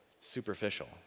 superficial